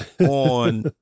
on